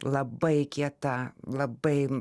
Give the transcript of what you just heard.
labai kieta labai